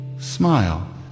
Smile